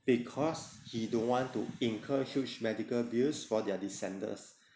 because he don't want to incur huge medical bills for their descendants